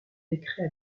décret